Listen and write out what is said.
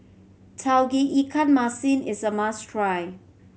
Tauge Ikan Masin is a must try